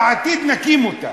בעתיד נקים אותה,